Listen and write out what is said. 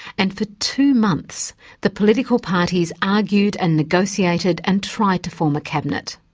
and for two months the political parties argued and negotiated and tried to form a cabinet.